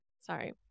Sorry